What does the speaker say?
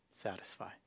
satisfy